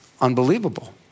unbelievable